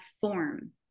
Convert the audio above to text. form